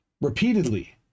repeatedly